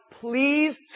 please